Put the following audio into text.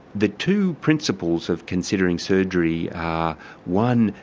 the two principles of considering surgery are one,